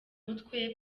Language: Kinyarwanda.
umutwe